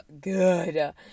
good